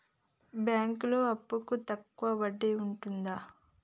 బ్యాంకులలో అప్పుకు తక్కువ వడ్డీ ఉంటదా?